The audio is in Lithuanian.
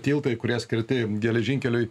tiltai kurie skirti geležinkeliui